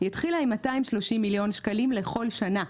התחילה עם 230 מיליון ₪ לכל שנה.